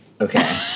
Okay